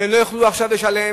ולא יוכלו לשלם.